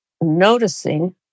noticing